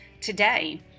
today